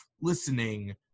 listening